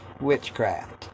witchcraft